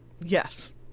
Yes